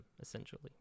essentially